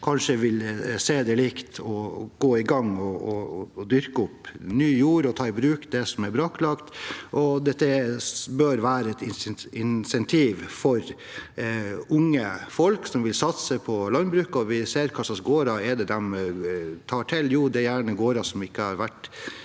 kanskje vil se det likt å gå i gang med å dyrke opp ny jord og ta i bruk den som er brakklagt. Det bør være et insentiv for unge folk som vil satse på landbruket. Vi ser hvilke gårder de tar til, og det er gjerne gårder som ikke har vært